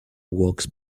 walks